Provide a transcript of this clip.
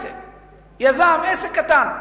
יזם, עסק קטן,